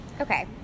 Okay